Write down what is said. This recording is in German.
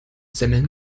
semmeln